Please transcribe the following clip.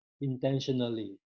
intentionally